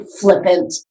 flippant